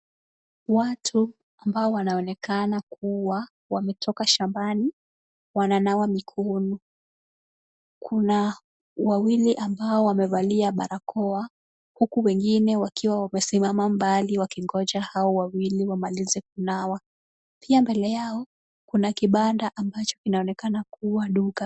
Watu ambao wanaonekana kuwa wametoka shambani, wananawa mikono. Kuna wawili ambao wamevalia barakoa huku wengine wakiwa wamesimama mbali wakingoja hao wawili wamalize kunawa. Pia mbele yao, kuna kibanda ambacho kinachoonekana kuwa duka.